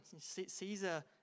Caesar